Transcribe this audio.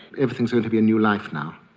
everything's going to be a new life now.